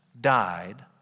died